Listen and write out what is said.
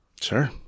Sure